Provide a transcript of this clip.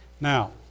Now